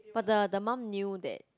but the the mum knew that